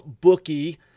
Bookie